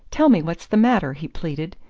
tell me what's the matter, he pleaded.